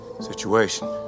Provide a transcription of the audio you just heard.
situation